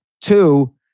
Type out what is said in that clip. Two